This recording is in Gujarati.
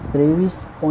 તે 23